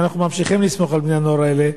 ואנחנו ממשיכים לסמוך על בני-הנוער האלה,